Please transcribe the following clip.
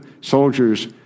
soldiers